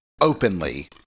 openly